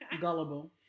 Gullible